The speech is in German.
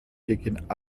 gegen